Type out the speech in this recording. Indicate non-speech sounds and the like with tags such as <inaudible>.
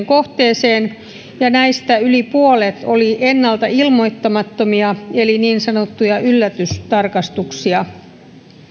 <unintelligible> kohteeseen ja näistä yli puolet oli ennalta ilmoittamattomia eli niin sanottuja yllätystarkastuksia